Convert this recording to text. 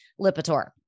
Lipitor